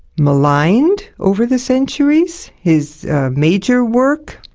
maligned over the centuries. his major work,